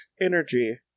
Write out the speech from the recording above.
energy